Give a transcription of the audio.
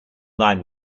nine